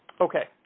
Okay